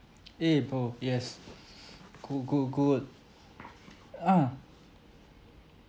eh bro yes good good good uh ah